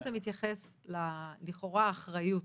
מתייחס לאחריות, לכאורה,